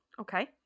Okay